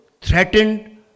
threatened